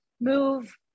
move